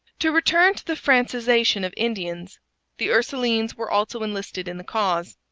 to return to the francisation of indians the ursulines were also enlisted in the cause.